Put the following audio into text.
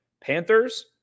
Panthers